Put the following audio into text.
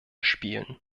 spielen